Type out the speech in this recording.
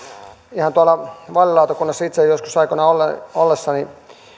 ihan vaalilautakunnassa itse joskus aikoinaan ollessani